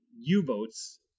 U-boats